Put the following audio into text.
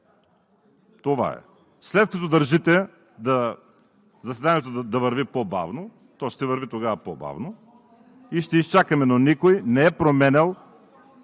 Това е. След като държите заседанието да върви по-бавно, тогава то ще върви по-бавно и ще изчакаме, но никой не е променял